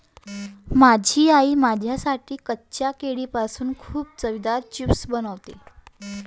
माझी आई माझ्यासाठी कच्च्या केळीपासून खूप चवदार चिप्स बनवते